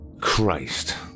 Christ